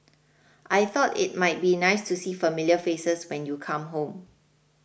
I thought it might be nice to see familiar faces when you come home